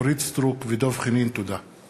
אורית סטרוק ודב חנין בנושא: אי-יישום חוק התגים.